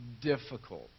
difficult